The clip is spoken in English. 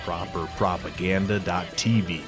ProperPropaganda.tv